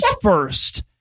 first